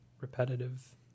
repetitive